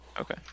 okay